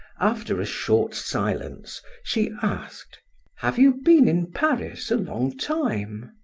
after a short silence, she asked have you been in paris a long time?